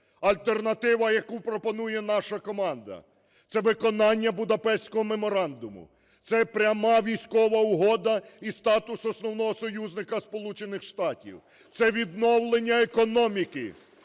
Альтернатива, яку пропонує наша команда, - це виконання Будапештського меморандуму, це пряма військова угода і статус основного союзника Сполучених Штатів, це відновлення економіки,